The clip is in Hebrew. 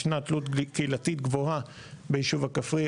ישנה תלות קהילתית גבוהה בישוב הכפרי.